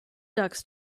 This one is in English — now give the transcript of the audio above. ducks